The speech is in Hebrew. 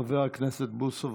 חבר הכנסת בוסו,